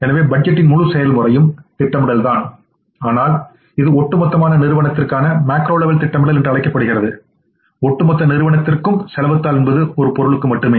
எனவே பட்ஜெட்டின் முழு செயல்முறையும் திட்டமிடல் தான் ஆனால் இது ஒட்டுமொத்தமாக நிறுவனத்திற்கான மேக்ரோலெவல் திட்டமிடல் என்று அழைக்கப்படுகிறது ஒட்டுமொத்த நிறுவனத்திற்கும் செலவுத் தாள் என்பது ஒரு பொருளுக்கு மட்டுமே